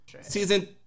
Season